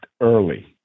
early